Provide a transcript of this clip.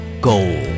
gold